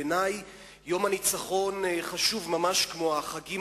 בעיני יום הניצחון חשוב ממש כמו החגים